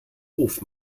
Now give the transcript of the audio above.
hof